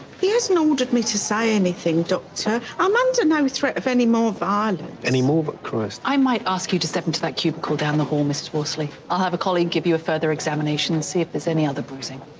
he hasn't ordered me to say anything, doctor. i'm under no threat of any more violence. um any more vi but christ. i might ask you to step into that cubical down the call, mrs. worsley. i'll have a colleague give you a further examination and see if there's any other bruising.